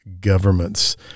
governments